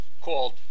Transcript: called